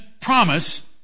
promise